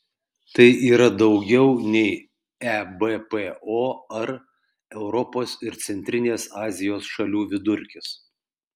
tai yra daugiau nei ebpo ar europos ir centrinės azijos šalių vidurkis